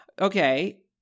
okay